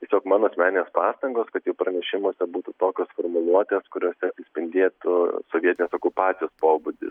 tiesiog mano asmeninė pastangos kad jų pranešimuose būtų tokios formuluotės kuriose atspindėtų sovietinės okupacijos pobūdi